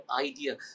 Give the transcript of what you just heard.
idea